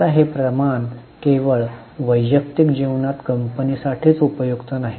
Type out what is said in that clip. आता हे प्रमाण केवळ वैयक्तिक जीवनात कंपनीसाठीच उपयुक्त नाही